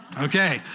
Okay